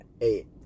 Eight